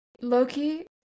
Loki